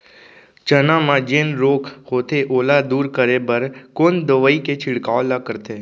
चना म जेन रोग होथे ओला दूर करे बर कोन दवई के छिड़काव ल करथे?